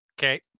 Okay